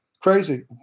Crazy